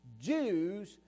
Jews